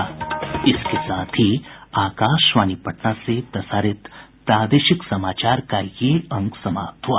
इसके साथ ही आकाशवाणी पटना से प्रसारित प्रादेशिक समाचार का ये अंक समाप्त हुआ